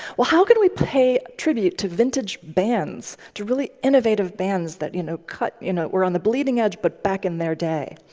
well, how can we pay tribute to vintage bands, to really innovative bands that you know cut you know were on the bleeding edge, but back in their day.